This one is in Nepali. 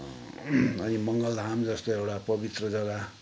अनि मंगलधाम जस्तो एउटा पवित्र जग्गा